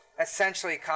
essentially